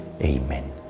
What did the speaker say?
Amen